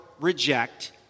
reject